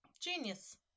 Genius